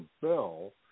bill